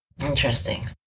Interesting